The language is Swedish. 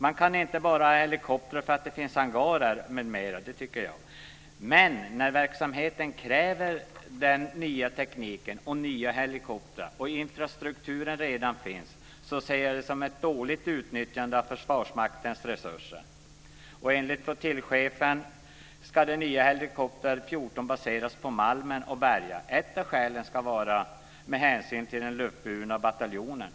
Man kan inte bara ha helikoptrar för att det finns hangarer m.m., men när verksamheten kräver den nya tekniken och nya helikoptrar och infrastrukturen redan finns ser jag detta som dåligt utnyttjande av Försvarsmaktens resurser. Enligt flottiljchefen ska de nya helikoptrarna av helikopter 14 baseras på Malmen och Berga. Ett av skälen ska vara att det är med hänsyn till den luftburna bataljonen.